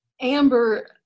Amber